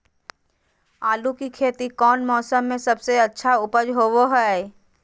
आलू की खेती कौन मौसम में सबसे अच्छा उपज होबो हय?